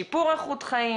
שיפור איכות חיים